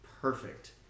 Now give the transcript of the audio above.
perfect—